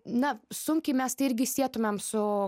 na sunkiai mes tai irgi sietumėm su